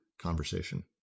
conversation